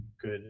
Good